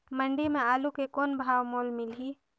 मंडी म आलू के कौन भाव मोल मिलही?